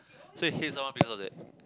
so is his loh because of that